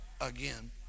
again